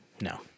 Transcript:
No